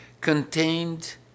contained